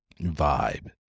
vibe